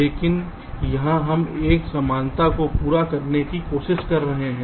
लेकिन यहां हम एक समानता को पूरा करने की कोशिश कर रहे हैं